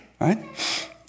right